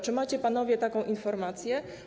Czy macie panowie taką informację?